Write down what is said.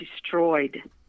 destroyed